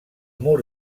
mur